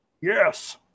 yes